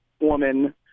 woman